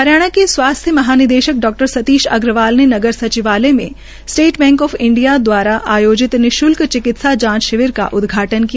हरियाणा के स्वास्थ्य महानिदेशक डॉ सतीश अग्रवाल ने नगर सचिवालय में स्टेट बैंक ऑफ इंडिया द्वारा आयोजित निश्ल्क चिकित्सा जांच शिविर का उद्घाटन किया